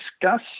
discuss